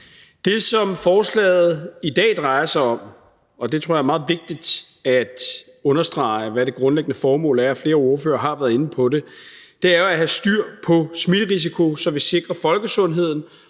Det, som forslaget i dag drejer sig om – og jeg tror, det er meget vigtigt at understrege, hvad det grundlæggende formål er, og flere ordførere har været inde på det – er jo at have styr på smitterisikoen, så vi sikrer folkesundheden,